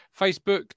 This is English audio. Facebook